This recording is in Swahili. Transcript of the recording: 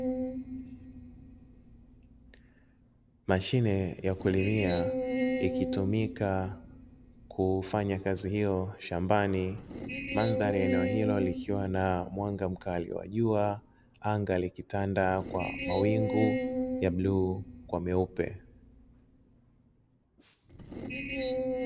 Mashine ya kulimia ikitumika kufanya kazi hiyo shambani, mandhari ya eneo hilo likiwa na mwanga mkali wa jua, anga likitanda kwa mawingu ya bluu kwa meupe.